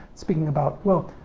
speaking about well,